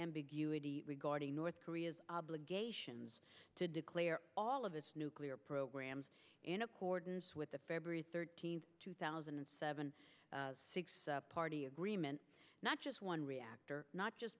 ambiguity regarding north korea's obligations to declare all of its nuclear programs in accordance with the february thirteenth two thousand and seven six party agreement not just one reactor not just